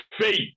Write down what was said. faith